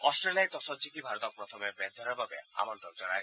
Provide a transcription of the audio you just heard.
অট্টেলিয়াই টছত জিকি ভাৰতক প্ৰথমে বেট ধৰাৰ বাবে আমন্তণ জনায়